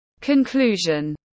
Conclusion